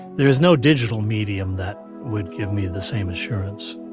there is no digital medium that would give me the same assurance.